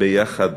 ביחד